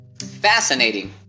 Fascinating